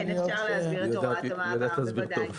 כן, אפשר להסביר את הוראת המעבר, בוודאי.